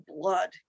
blood